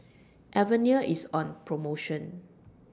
Avene IS on promotion